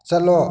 ꯆꯠꯂꯣ